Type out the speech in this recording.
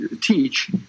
teach